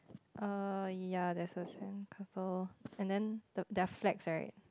err ya there's a sandcastle and then the there are flags right